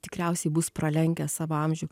tikriausiai bus pralenkęs savo amžių